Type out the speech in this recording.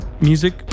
Music